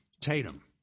Tatum